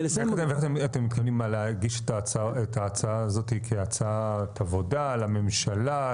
איך אתם מתכוונים להגיש את ההצעה הזאת כהצעת עבודה לממשלה,